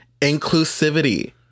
inclusivity